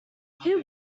who